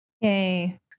Yay